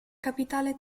capitale